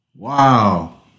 Wow